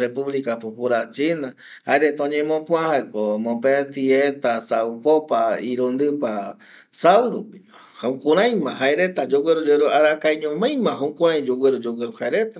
Republica popular China, jaereta oñemopua jaeko mopeti eta saupopa irundipa saurupima jukuraima jaereta yogueru yogueru arakaeñomaima yogueru yogueru jaereta